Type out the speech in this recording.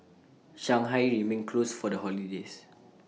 Shanghai remained closed for the holidays